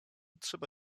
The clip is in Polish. trzeba